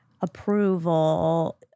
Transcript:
approval